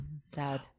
sad